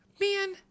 man